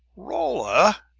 rolla!